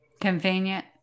convenient